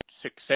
success